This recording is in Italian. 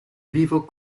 vivo